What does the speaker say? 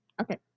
Okay